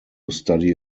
study